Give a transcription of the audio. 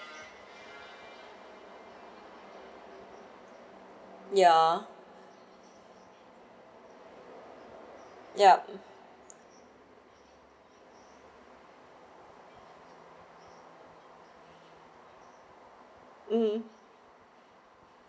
ya yup mm